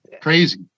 crazy